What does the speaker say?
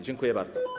Dziękuję bardzo.